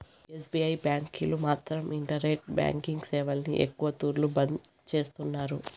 SBI బ్యాంకీలు మాత్రం internet banking సేవల్ని ఎక్కవ తూర్లు బంద్ చేస్తున్నారు